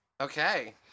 Okay